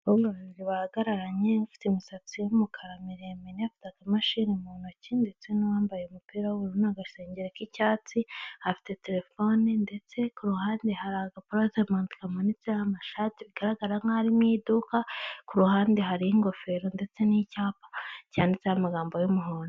Abazungu babiri bahagararanye bafite imisatsi y'umukara miremire afite akamashini mu ntoki ndetse n'uwambaye umupira w'ubururu n'agasengero k'icyatsi afite telefone ndetse ku ruhande hari agaporutemante kamanitseho amashati bigaragara nk'aho ari mu iduka, ku ruhande hariho ingofero ndetse n'icyapa cyanditseho amagambo y'umuhondo.